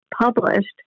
published